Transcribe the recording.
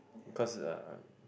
cause uh